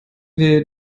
wir